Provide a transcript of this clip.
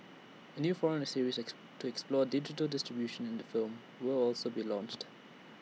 A new forum series to explore digital distribution in the film will also be launched